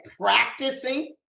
practicing